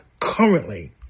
currently